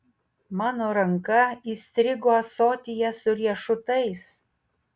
mano ranka įstrigo ąsotyje su riešutais